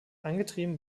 angetrieben